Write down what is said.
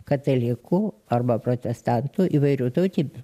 katalikų arba protestantų įvairių tautybių